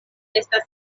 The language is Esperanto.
estas